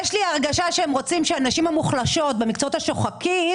יש לי הרגשה שהם רוצים שהנשים המוחלשות במקצועות השוחקים